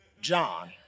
John